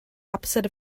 opposite